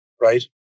right